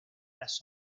las